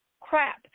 crap